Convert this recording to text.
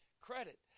credit